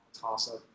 toss-up